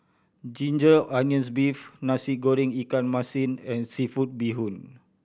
ginger onions beef Nasi Goreng ikan masin and seafood bee hoon